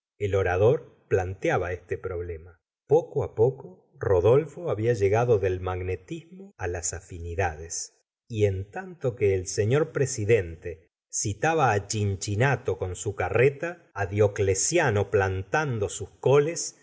el orador planteaba este problema poco poco rodolfo había llegado del magnetismo las afinidades y en tanto que el sr presidente citaba cincinato con su carreta diocleciano plantando sus coles